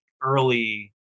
early